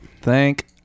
Thank